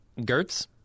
Gertz